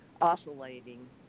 oscillating